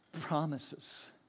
promises